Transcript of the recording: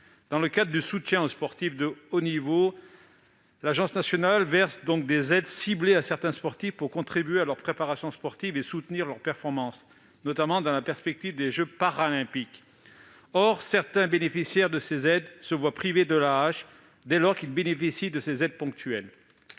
Dans le cadre du soutien aux sportifs de haut niveau, l'ANS verse des aides ciblées à certains sportifs pour contribuer à leur préparation sportive et soutenir leur performance, notamment dans la perspective des jeux Paralympiques. Or certains bénéficiaires de ces aides ponctuelles, dès lors qu'ils les reçoivent,